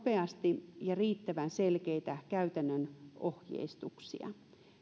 nopeasti ja riittävän selkeitä käytännön ohjeistuksia